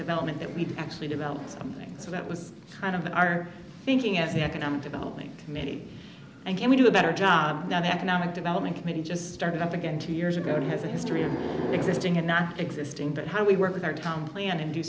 development that we actually developed something so that was kind of our thinking as the economic development committee and can we do a better job now the economic development committee just started up again two years ago he has a history of existing had nothing misting but how we work with our town plan